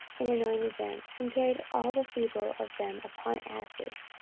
and anointed them, and carried all the feeble of them upon asses,